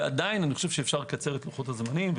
ועדיין אני חושב שאפשר לקצר את לוחות הזמנים.